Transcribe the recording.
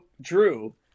Drew